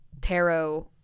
tarot